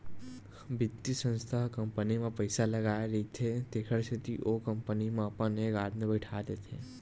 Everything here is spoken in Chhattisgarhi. बित्तीय संस्था ह कंपनी म पइसा लगाय रहिथे तेखर सेती ओ कंपनी म अपन एक आदमी बइठा देथे